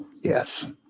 Yes